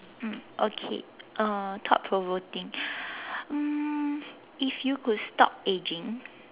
mm okay uh thought provoking um if you could stop aging